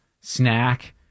snack